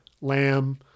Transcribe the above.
Lamb